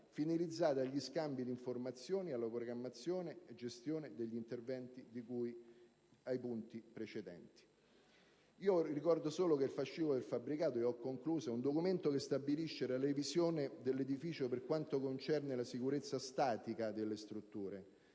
finalizzate agli scambi di informazioni, alla programmazione e gestione degli interventi di cui ai punti precedenti. Ricordo solo che il fascicolo del fabbricato è un documento che stabilisce la revisione dell'edificio per quanto concerne la sicurezza statica delle strutture